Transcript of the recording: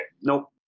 Nope